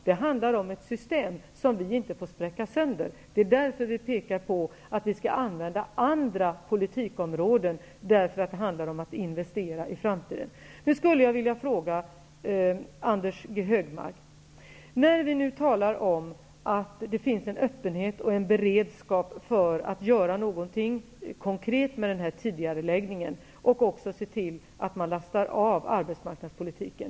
Det handlar om ett system som vi inte får spräcka. Det är därför som vi pekar på att vi skall använda andra politikområden. Det handlar om att investera i framtiden. Vi talar nu om att det finns en öppenhet och en beredskap för att göra någonting konkret med den här tidigareläggningen och att man skall se till att lasta av arbetsmarknadspolitiken.